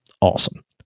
awesome